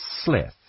Slith